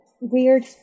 weird